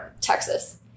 Texas